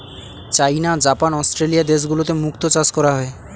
চাইনা, Japan, Australia দেশগুলোতে মুক্তো চাষ করা হয়